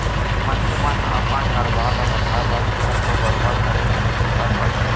मनसे मन ह अपन कारोबार ल बढ़ाए बर मेहनत तो बरोबर करे बर परथे